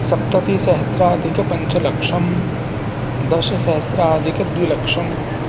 सप्ततिसहस्राधिकपञ्चलक्षम् दशसहस्राधिकद्विलक्षम्